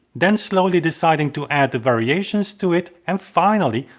then slowly deciding to add the variations to it and finally,